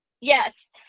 yes